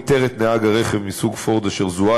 איתר את נהג הרכב מסוג "פורד" אשר זוהה